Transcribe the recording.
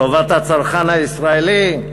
טובת הצרכן הישראלי?